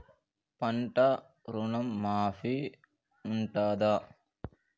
పంట ఋణం మాఫీ ఉంటదా?